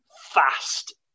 fast